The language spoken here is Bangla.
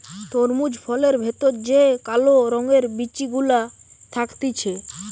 তরমুজ ফলের ভেতর যে কালো রঙের বিচি গুলা থাকতিছে